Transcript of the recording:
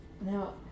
Now